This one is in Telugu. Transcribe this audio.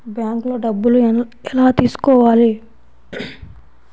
బ్యాంక్లో డబ్బులు ఎలా తీసుకోవాలి?